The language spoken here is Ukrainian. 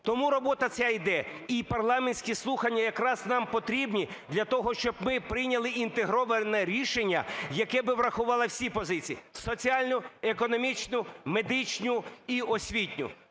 Тому робота ця іде. І парламентські слухання якраз нам потрібні для того, щоб ми прийняли інтегроване рішення, яке би врахувало всі позиції: соціальну, економічну, медичну і освітню.